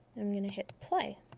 i'm going to hit play